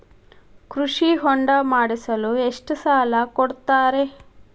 ಕೃಷಿ ಹೊಂಡ ಮಾಡಿಸಲು ಎಷ್ಟು ಸಾಲ ಕೊಡ್ತಾರೆ?